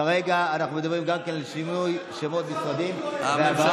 כרגע אנחנו מדברים גם כן על שינוי שמות המשרדים והעברת